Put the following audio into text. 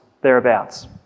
thereabouts